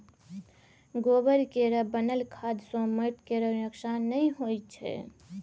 गोबर केर बनल खाद सँ माटि केर नोक्सान नहि होइ छै